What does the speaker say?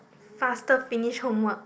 faster finish homework